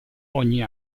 ogni